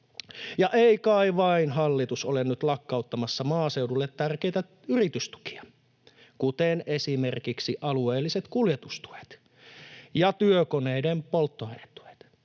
ei kai vain hallitus ole nyt lakkauttamassa maaseudulle tärkeitä yritystukia, kuten esimerkiksi alueelliset kuljetustuet ja työkoneiden polttoainetuet?